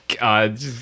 God